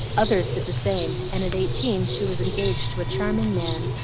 others did the same, and at eighteen she was engaged to a charming man,